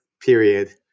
Period